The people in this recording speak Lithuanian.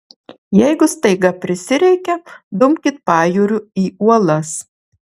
jeigu staiga prisireikia dumkit pajūriu į uolas